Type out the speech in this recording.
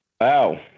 Wow